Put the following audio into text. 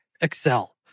Excel